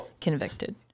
convicted